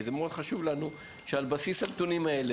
זה מאוד חשוב לנו בסיס הנתונים הזה,